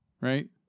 right